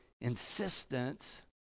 insistence